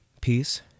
peace